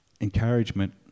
Encouragement